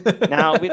now